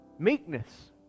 Meekness